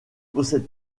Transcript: possède